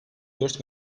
dört